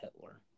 Hitler